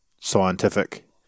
scientific